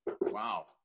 Wow